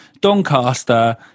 Doncaster